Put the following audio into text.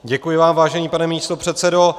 Děkuji vám, vážený pane místopředsedo.